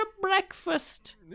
breakfast